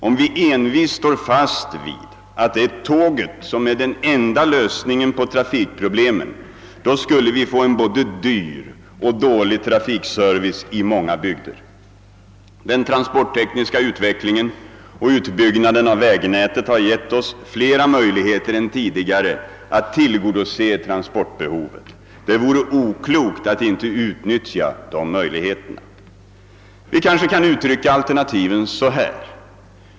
Om vi envist står fast vid att det är tåget som är den enda lösningen på trafikproblemen, då skulle vi få en både dyr och dålig trafikservice i många bygder. Den transporttekniska utvecklingen och utbyggnaden av vägnätet har gett oss flera möjligheter än tidigare att tillgodose transportbehovet. Det vore oklokt att inte utnyttja de möjligheterna. Vi kanske kan uttrycka alternativen så här.